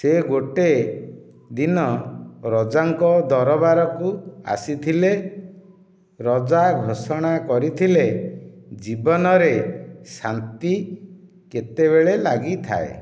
ସେ ଗୋଟିଏ ଦିନ ରଜାଙ୍କ ଦରବାରକୁ ଆସିଥିଲେ ରାଜା ଘୋଷଣା କରିଥିଲେ ଜୀବନରେ ଶାନ୍ତି କେତେବେଳେ ଲାଗିଥାଏ